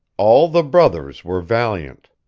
all the brothers were valiant.